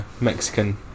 Mexican